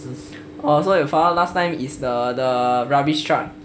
oh so your father last time is the the rubbish truck